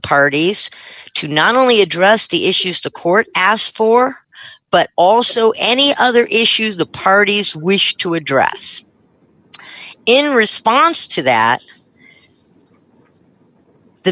parties to not only address the issues to court asked for but also any other issues the parties wish to address in response to that the